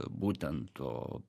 būtent to